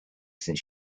since